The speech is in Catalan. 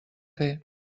fer